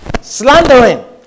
Slandering